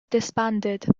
disbanded